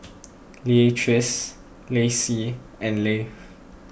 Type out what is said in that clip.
Leatrice Laci and Leif